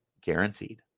guaranteed